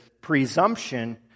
presumption